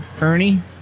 Ernie